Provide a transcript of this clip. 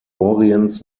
orients